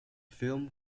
film